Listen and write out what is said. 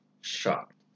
shocked